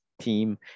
team